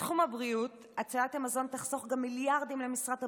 בתחום הבריאות הצלת המזון תחסוך גם מיליארדים למשרד הבריאות,